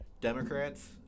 Democrats